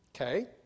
Okay